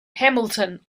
hamilton